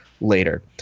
later